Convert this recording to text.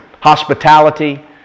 hospitality